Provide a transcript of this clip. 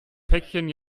päckchen